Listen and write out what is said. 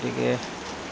গতিকে